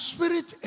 Spirit